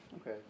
Okay